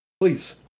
please